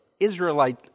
Israelite